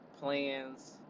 plans